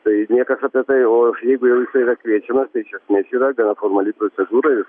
tai niekas apie tai o jeigu jau jisai yra kviečiamas tai iš esmės yra gana formali procedūra ir